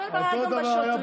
אותו דבר היה גם עם השוטרים,